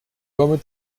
komme